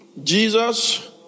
Jesus